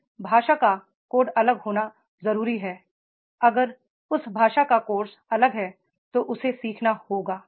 जिस भाषा का कोड अलग होना जरूरी है अगर उस भाषा का कोर्स अलग है तो उसे सीखना होगा